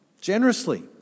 generously